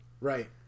Right